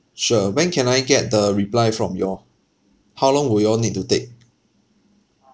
sure when can I get the reply from you all how long will you all need to take